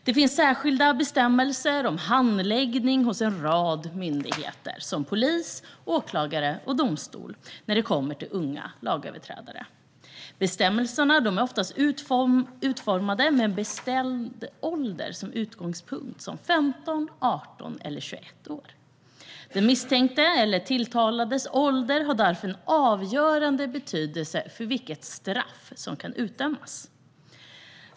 Det finns särskilda bestämmelser om handläggning hos en rad myndigheter som polis, åklagare och domstol när det handlar om unga lagöverträdare. Bestämmelserna är ofta utformade med en bestämd ålder som utgångspunkt: 15, 18 eller 21 år. Den misstänktes eller tilltalades ålder har därför avgörande betydelse för vilket straff som kan utdömas.